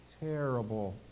terrible